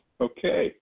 Okay